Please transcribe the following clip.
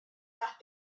par